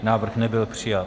Návrh nebyl přijat.